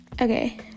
okay